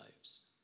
lives